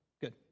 Good